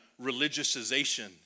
religiousization